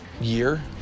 Year